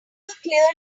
cleared